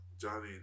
Johnny